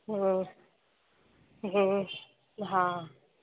हा